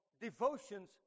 devotions